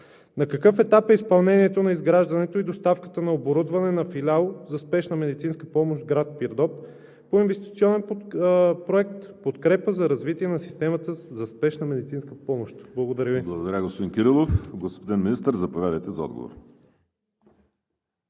На какъв етап е изпълнението на изграждането и доставката на оборудване на Филиал за спешна медицинска помощ в град Пирдоп по инвестиционен проект „Подкрепа за развитие на системата за спешна медицинска помощ“? Благодаря Ви. ПРЕДСЕДАТЕЛ ВАЛЕРИ СИМЕОНОВ: Благодаря Ви, господин Кирилов. Господин Министър, заповядайте за отговор.